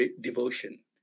devotion